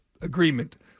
agreement